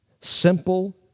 Simple